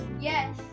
Yes